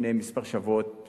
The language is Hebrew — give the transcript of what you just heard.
לפני כמה שבועות